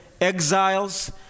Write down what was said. exiles